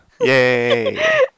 Yay